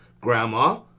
Grandma